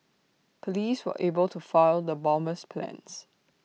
Police were able to foil the bomber's plans